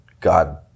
God